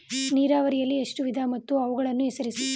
ನೀರಾವರಿಯಲ್ಲಿ ಎಷ್ಟು ವಿಧ ಮತ್ತು ಅವುಗಳನ್ನು ಹೆಸರಿಸಿ?